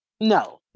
No